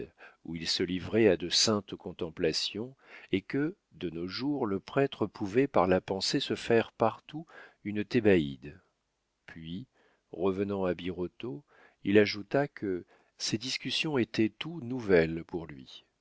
où ils se livraient à de saintes contemplations et que de nos jours le prêtre pouvait par la pensée se faire partout une thébaïde puis revenant à birotteau il ajouta que ces discussions étaient toutes nouvelles pour lui